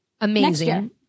Amazing